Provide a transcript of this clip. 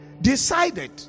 decided